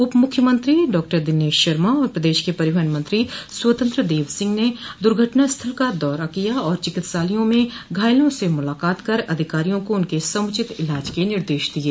उप मुख्यमंत्री डॉक्टर दिनेश शर्मा और प्रदेश के परिवहन मंत्री स्वतंत्र देव सिंह ने दुर्घटनास्थल का दौरा किया और चिकित्सालयों में घायलों से मुलाकात कर अधिकारियों को उनके समुचित इलाज के निर्देश दिये